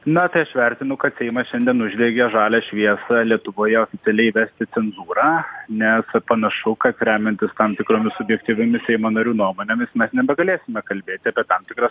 na tai aš vertinu kad seimas šiandien uždegė žalią šviesą lietuvoje oficialiai įvesti cenzūrą nes panašu kad remiantis tam tikromis subjektyviomis seimo narių nuomonėmis mes nebegalėsime kalbėti apie tam tikras